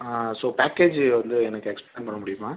ஆ so package வந்து எனக்கு explain பண்ண முடியுமா